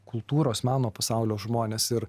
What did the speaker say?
kultūros meno pasaulio žmonės ir